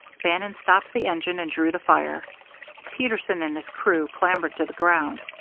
bannon stopped the engine and drew the fire peterson and his crew clambered to the ground,